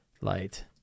Light